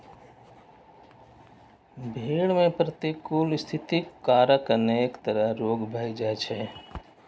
भेड़ मे प्रतिकूल स्थितिक कारण अनेक तरह रोग भए जाइ छै